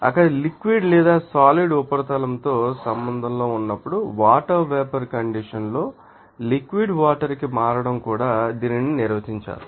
అక్కడ లిక్విడ్ లేదా సాలిడ్ ఉపరితలంతో సంబంధంలో ఉన్నప్పుడు వాటర్ వేపర్ కండిషన్ లో లిక్విడ్ వాటర్ కి మారడం కూడా దీనిని నిర్వచించారు